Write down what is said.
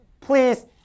please